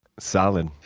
solid.